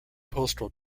postal